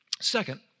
Second